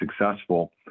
successful